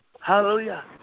Hallelujah